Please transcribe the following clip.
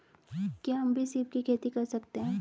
क्या हम भी सीप की खेती कर सकते हैं?